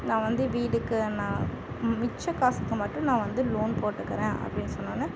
நான் வந்து வீட்டுக்கு நான் மிச்சம் காசுக்கு மட்டும் நான் வந்து லோன் போட்டுக்குறேன் அப்படின்னு சொன்னோன